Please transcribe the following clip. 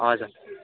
हजर